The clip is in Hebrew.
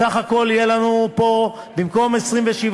בסך הכול יהיו לנו פה, במקום 27.5,